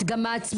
את גם מעצבת.